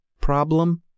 problem